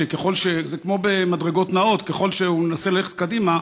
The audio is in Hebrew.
שזה כמו במדרגות נעות: ככל שהוא מנסה ללכת קדימה,